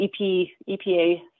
EPA